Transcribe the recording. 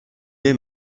est